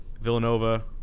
Villanova